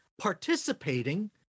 participating